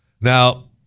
Now